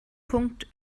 punkt